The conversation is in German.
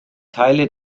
teile